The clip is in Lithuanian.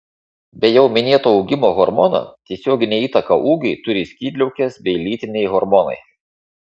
be jau minėto augimo hormono tiesioginę įtaką ūgiui turi skydliaukės bei lytiniai hormonai